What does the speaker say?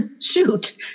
shoot